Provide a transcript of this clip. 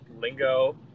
lingo